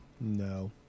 no